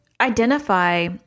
identify